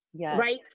right